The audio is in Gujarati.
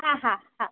હા હા હા